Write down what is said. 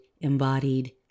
embodied